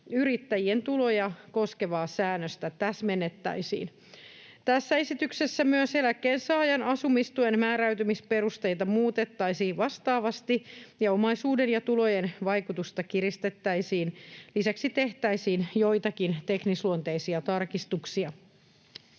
Yrittäjien tuloja koskevaa säännöstä täsmennettäisiin. Tässä esityksessä myös eläkkeensaajan asumistuen määräytymisperusteita muutettaisiin vastaavasti ja omaisuuden ja tulojen vaikutusta kiristettäisiin. Lisäksi tehtäisiin joitakin teknisluonteisia tarkistuksia.